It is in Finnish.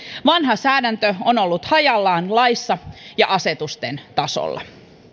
vanha säädäntö on ollut hajallaan laissa ja asetusten tasolla